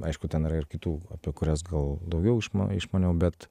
aišku ten yra ir kitų apie kurias gal daugiau išmanai išmaniau bet